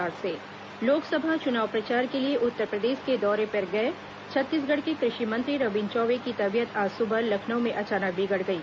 रविन्द्र चौबे भर्ती लोकसभा चुनाव प्रचार के लिए उत्तरप्रदेश के दौरे पर गए छत्तीसगढ़ के कृषि मंत्री रविन्द्र चौबे की तबीयत आज सुबह लखनऊ में अचानक बिगड़ गई